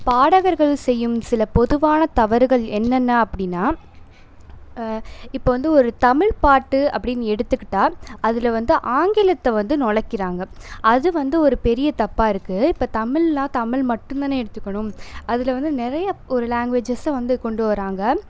பாடகர்கள் செய்யும் சில பொதுவான தவறுகள் என்னென்ன அப்படின்னா இப்போ வந்து ஒரு தமிழ் பாட்டு அப்படின்னு எடுத்துக்கிட்டால் அதில் வந்து ஆங்கிலத்தை வந்து நுழைக்கிறாங்க அது வந்து ஒரு பெரிய தப்பாக இருக்குது இப்போ தமிழ்னால் தமிழ் மட்டும்தானே எடுத்துக்கணும் அதில் வந்து நிறையா ஒரு லாங்குவேஜஸும் வந்து கொண்டு வராங்க